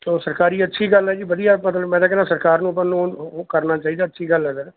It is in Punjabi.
ਤੋ ਸਰਕਾਰੀ ਅੱਛੀ ਗੱਲ ਹੈ ਜੀ ਵਧੀਆ ਮਤਲਬ ਮੈਂ ਤਾਂ ਕਹਿੰਦਾ ਸਰਕਾਰ ਨੂੰ ਆਪਾਂ ਨੂੰ ਉਹ ਕਰਨਾ ਚਾਹੀਦਾ ਅੱਛੀ ਗੱਲ ਹੈ ਸਰ